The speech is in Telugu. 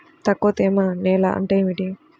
తక్కువ తేమ నేల అంటే ఏమిటి?